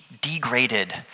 degraded